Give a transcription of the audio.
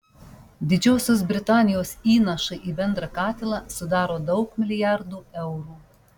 didžiosios britanijos įnašai į bendrą katilą sudaro daug milijardų eurų